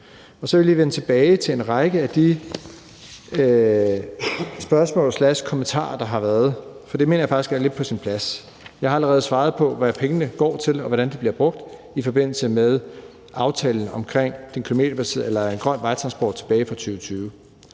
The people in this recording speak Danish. Så vil jeg lige vende tilbage til en række af de spørgsmål og kommentarer, der har været, for det mener jeg faktisk er lidt på sin plads. Jeg har allerede svaret på, hvad pengene går til, og hvordan de bliver brugt i forbindelse med aftalen omkring en grøn vejtransport tilbage i 2020.